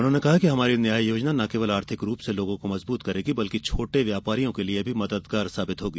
उन्होंने कहा कि हमारी न्याय योजना न केवल आर्थिक रूप से लोगों को मजबूत करेगी बल्कि छोटे व्यापारियों के लिए भी मददगार साबित होगी